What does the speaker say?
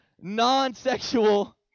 Non-sexual